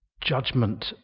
judgment